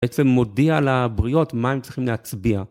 בעצם מודיע לבריאות מה הם צריכים להצביע.